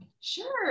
Sure